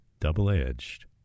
double-edged